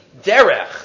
Derech